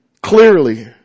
clearly